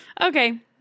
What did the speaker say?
Okay